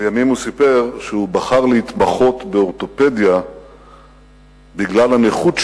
לימים הוא סיפר שהוא בחר להתמחות באורטופדיה "בגלל הנכות שלי",